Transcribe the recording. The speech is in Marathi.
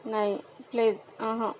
नाही प्लीज अंहं